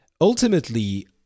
ultimately